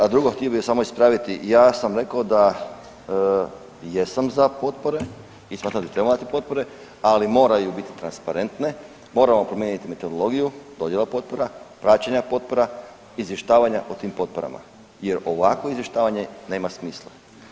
A drugo, htio bi vas samo ispraviti, ja sam rekao da jesam za potpore i smatram da trebamo dati potpore ali moraju biti transparentne, moramo promijeniti metodologiju dodjela potpora, praćenja potpora, izvještavanja o tim potporama jer ovakvo izvještavanje nema smisla.